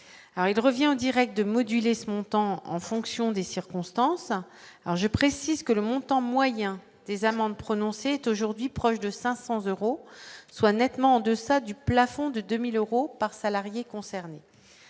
il revient en Direct de moduler ce montant en fonction des circonstances alors je précise que le montant moyen des amendes prononcées est aujourd'hui proche de 500 euros soit nettement en deçà du plafond de 2000 euros par salarié concerné,